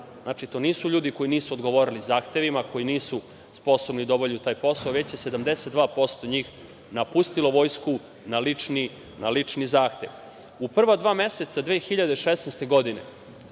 znači to nisu ljudi koji nisu odgovorili zahtevima, koji nisu sposobni da obavljaju taj posao, već je 72% njih napustilo vojsku na lični zahtev. U prva dva meseca 2016. godine